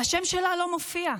והשם שלה לא מופיע,